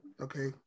Okay